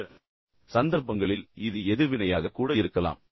சில சந்தர்ப்பங்களில் இது எதிர்வினையாக கூட இருக்கலாம்